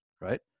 right